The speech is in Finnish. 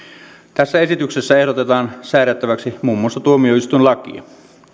tässä esityksessä ehdotetaan säädettäväksi muun muassa tuomioistuinlakia